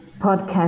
podcast